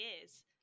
years